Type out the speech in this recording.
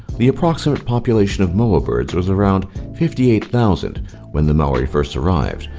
the approximate population of moa birds was around fifty eight thousand when the maori first arrived.